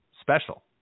special